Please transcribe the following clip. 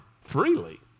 Freely